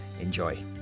Enjoy